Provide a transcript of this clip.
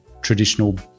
traditional